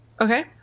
Okay